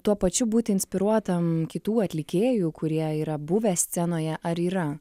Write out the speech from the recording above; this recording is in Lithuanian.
tuo pačiu būti inspiruotam kitų atlikėjų kurie yra buvę scenoje ar yra